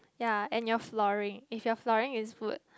ya and your flooring if your flooring is good